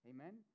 Amen